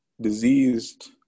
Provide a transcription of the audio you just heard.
diseased